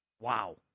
Wow